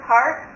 Park